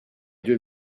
due